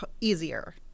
easier